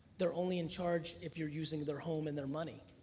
they're only in charge if you're using their home and their money.